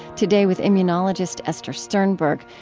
today with immunologist esther sternberg,